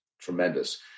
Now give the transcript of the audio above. tremendous